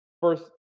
first